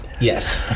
Yes